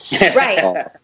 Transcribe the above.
Right